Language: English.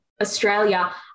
Australia